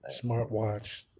Smartwatch